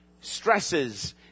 stresses